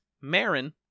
Marin